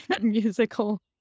musical